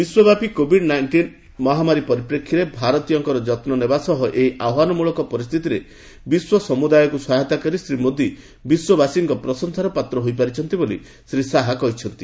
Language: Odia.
ବିଶ୍ୱବ୍ୟାପି କୋଭିଡ୍ ନାଇଷ୍ଟିନ୍ ମହାମାରୀ ପରିପ୍ରେକ୍ଷୀରେ ଭାରତୀୟଙ୍କ ଯତ୍ର ନେବା ସହ ଏହି ଆହ୍ୱାନମଳକ ପରିସ୍ଥିତିରେ ବିଶ୍ୱ ସମ୍ବଦାୟକୃ ସହାୟତା କରି ଶ୍ରୀ ମୋଦି ବିଶ୍ୱବାସୀଙ୍କ ପ୍ରଶଂସାର ପାତ୍ର ହୋଇପାରିଛନ୍ତି ବୋଲି ଶ୍ରୀ ଶାହା କହିଚ୍ଛନ୍ତି